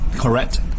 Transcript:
Correct